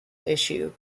issue